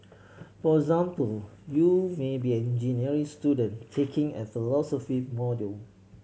for example you may be an engineering student taking a philosophy module